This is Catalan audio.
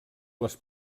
les